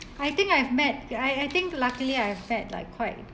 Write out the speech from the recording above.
I think I've met I I think luckily I've met like quite